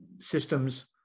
systems